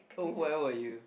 oh where were you